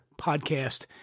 podcast